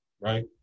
right